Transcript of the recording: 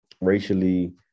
racially